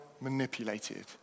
manipulated